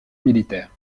militaire